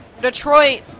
Detroit